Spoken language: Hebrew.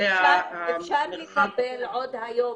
אפשר לקבל עוד היום